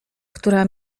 która